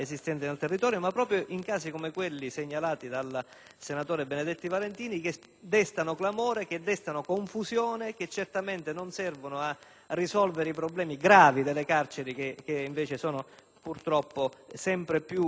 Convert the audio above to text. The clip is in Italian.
senatore Benedetti Valentini che destano clamore e confusione e che certamente non valgono a risolvere i problemi gravi delle carceri che, invece, sono purtroppo sempre più crescenti e sempre più allarmanti.